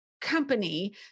company-